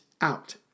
out